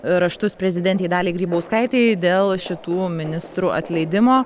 raštus prezidentei daliai grybauskaitei dėl šitų ministrų atleidimo